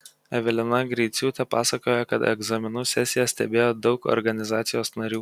evelina greiciūtė pasakojo kad egzaminų sesiją stebėjo daug organizacijos narių